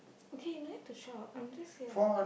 okay you don't need to shout I'm just here